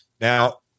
now